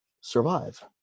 survive